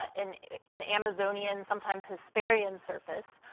and an amazonian, sometimes hesperian surface.